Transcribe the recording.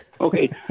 Okay